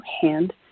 hand